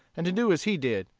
and to do as he did.